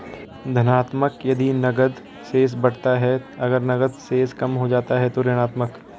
धनात्मक यदि नकद शेष बढ़ता है, अगर नकद शेष कम हो जाता है तो ऋणात्मक